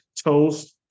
toast